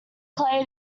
clay